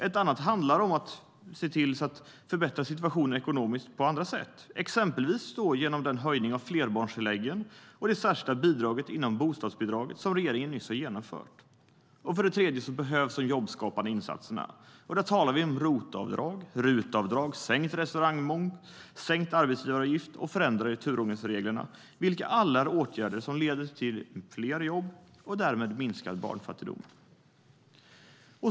Ett annat steg handlar om att förbättra situationen ekonomiskt på andra sätt, exempelvis genom den höjning av flerbarnstilläggen och det särskilda bidraget inom bostadsbidraget som regeringen nyss har genomfört. Dessutom behövs jobbskapande insatser, och där talar vi om ROT-avdrag, RUT-avdrag, sänkt restaurangmoms, sänkt arbetsgivaravgift och förändringar i turordningsreglerna, vilka alla är åtgärder som leder till fler jobb och därmed minskad barnfattigdom.